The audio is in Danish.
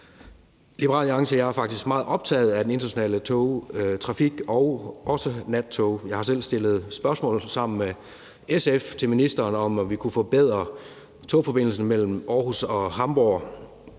jeg er faktisk meget optaget af den internationale togtrafik og også nattog. Jeg har selv stillet spørgsmål sammen med SF til ministeren om, om vi kunne forbedre togforbindelsen mellem Aarhus og Hamborg